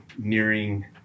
nearing